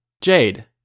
Jade